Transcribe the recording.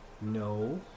No